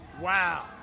Wow